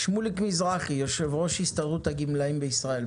שמוליק מזרחי, יושב-ראש הסתדרות הגמלאים בישראל,